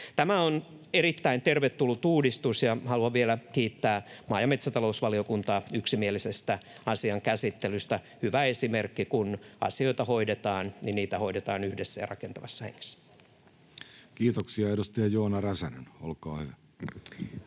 Tämä on erittäin tervetullut uudistus, ja haluan vielä kiittää maa- ja metsätalousvaliokuntaa yksimielisestä asian käsittelystä. Tämä on hyvä esimerkki, että kun asioita hoidetaan, niin niitä hoidetaan yhdessä ja rakentavassa hengessä. [Speech 3] Speaker: Jussi Halla-aho